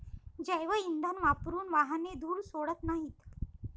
जैवइंधन वापरून वाहने धूर सोडत नाहीत